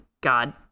God